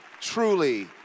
truly